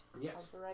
Yes